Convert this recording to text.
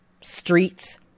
streets